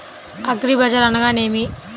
అగ్రిబజార్ అనగా నేమి?